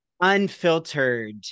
unfiltered